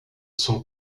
son